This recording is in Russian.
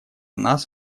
нас